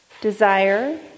desire